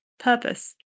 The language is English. purpose